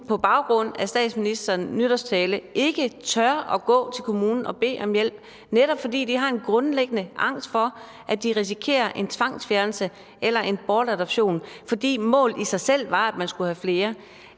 på baggrund af statsministerens nytårstale ikke tør at gå til kommunen og bede om hjælp, netop fordi de har en grundlæggende angst for, at de risikerer en tvangsfjernelse eller en bortadoption, fordi målet i sig selv var, at man skulle have flere